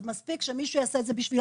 אז מספיק שמישהו יעשה את זה בשבילם.